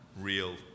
real